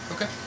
Okay